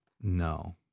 no